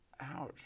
Ouch